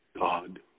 God